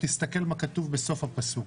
תסכל מה כתוב בסוף הפסוק.